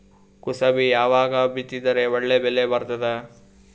ಕುಸಬಿ ಯಾವಾಗ ಬಿತ್ತಿದರ ಒಳ್ಳೆ ಬೆಲೆ ಬರತದ?